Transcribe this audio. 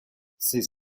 ces